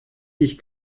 dich